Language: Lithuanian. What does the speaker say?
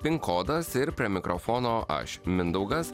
pin kodas ir prie mikrofono aš mindaugas